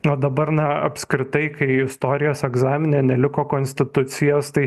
o dabar na apskritai kai istorijos egzamine neliko konstitucijos tai